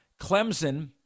Clemson